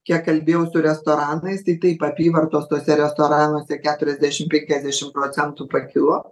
kiek kalbėjau su restoranais tai kaip apyvartos tuose restoranuose keturiasdešim penkiasdešim procentų pakilo